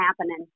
happening